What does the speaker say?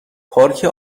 پارکه